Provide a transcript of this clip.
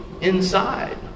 inside